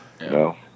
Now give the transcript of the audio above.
No